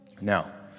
Now